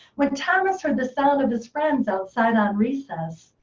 when thomas heard the sound of his friends outside on recess,